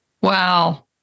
wow